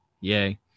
Yay